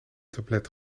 tablet